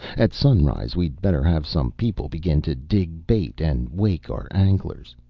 at sunrise we'd better have some people begin to dig bait and wake our anglers.